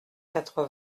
quatre